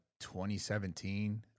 2017